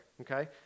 okay